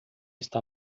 está